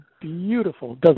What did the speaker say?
beautiful